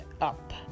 up